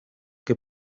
que